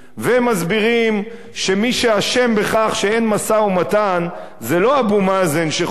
והם מסבירים שמי שאשם בכך שאין משא-ומתן הוא לא אבו מאזן שחובר